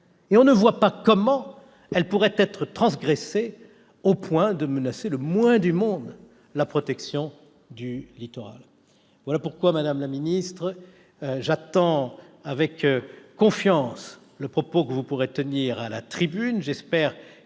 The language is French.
et l'on ne voit pas comment elles pourraient être transgressées au point de menacer le moins du monde la protection du littoral. Voilà pourquoi, madame la secrétaire d'État, j'attends avec confiance d'entendre le propos que vous tiendrez à la tribune.